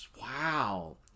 Wow